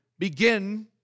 Begin